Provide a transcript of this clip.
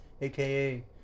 aka